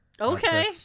Okay